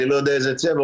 אני לא יודע איזה צבע,